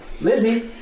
Lizzie